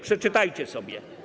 Przeczytajcie to sobie.